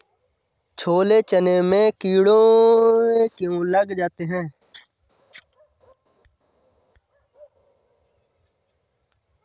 छोले चने में कीड़े क्यो लग जाते हैं?